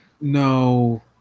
No